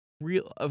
real